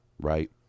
Right